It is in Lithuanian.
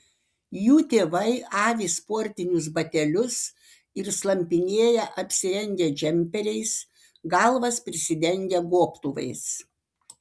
jų tėvai avi sportinius batelius ir slampinėja apsirengę džemperiais galvas prisidengę gobtuvais